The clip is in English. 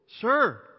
Sir